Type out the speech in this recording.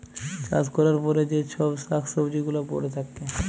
চাষ ক্যরার পরে যে চ্ছব শাক সবজি গুলা পরে থাক্যে